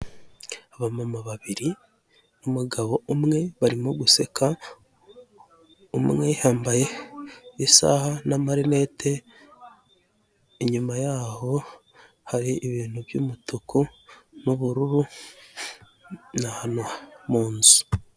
Aba mama babiri n'umugabo umwe barimo guseka, umwe yambaye isaha n'amarinete, inyuma yaho hari ibintu by'umutuku n'ubururu ni ahantu mu nzu.